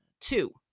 two